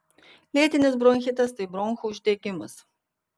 lėtinis bronchitas tai bronchų uždegimas